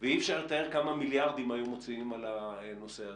ואי-אפשר לתאר כמה מיליארדים היו מוציאים על הנושא הזה,